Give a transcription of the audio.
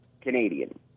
Canadian